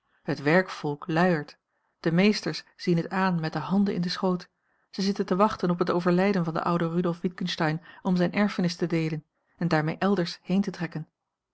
het werkvolk luiert de meesters zien het aan met de handen in den schoot zij zitten te wachten op het overlijden van den ouden rudolf witgensteyn om zijne erfenis te deelen en daarmee elders heen te trekken